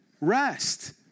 rest